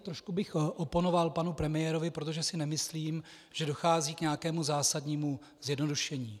Trošku bych oponoval panu premiérovi, protože si nemyslím, že dochází k nějakému zásadnímu zjednodušení.